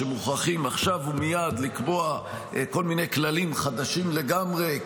שמוכרחים עכשיו ומייד לקבוע כל מיני כללים חדשים לגמרי,